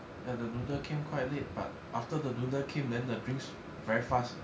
ya the noodle came quite late but after the noodle came then the drinks very fast